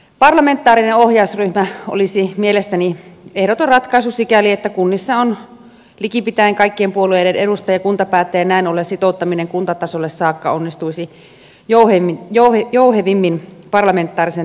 parlamentaarinen ohjausryhmä olisi mielestäni ehdoton ratkaisu sikäli että kunnissa on likipitäen kaikkien puolueiden edustajia kuntapäättäjinä ja näin ollen sitouttaminen kuntatasolle saakka onnistuisi jouhevimmin parlamentaarisen työskentelyn tuloksena